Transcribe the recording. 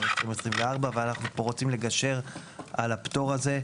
2024. ואנחנו פה רוצים לגשר על הפטור הזה,